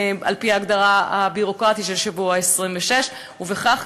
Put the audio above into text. על-פי ההגדרה הביורוקרטית של שבוע 26. בכך,